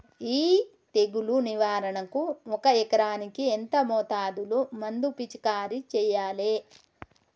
ఈ తెగులు నివారణకు ఒక ఎకరానికి ఎంత మోతాదులో మందు పిచికారీ చెయ్యాలే?